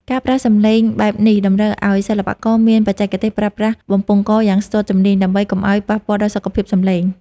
ការប្រើសំឡេងបែបនេះតម្រូវឱ្យសិល្បករមានបច្ចេកទេសប្រើប្រាស់បំពង់កយ៉ាងស្ទាត់ជំនាញ ដើម្បីកុំឱ្យប៉ះពាល់ដល់សុខភាពសំឡេង។